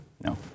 No